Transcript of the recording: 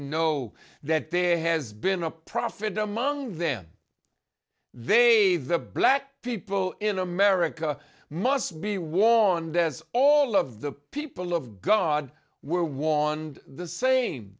know that there has been a prophet among them they the black people in america must be warned as all of the people of god were warned the same